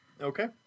Okay